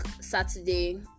Saturday